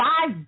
Five